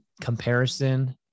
comparison